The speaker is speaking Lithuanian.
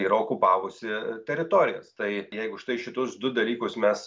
yra okupavusi teritorijas tai jeigu štai šitus du dalykus mes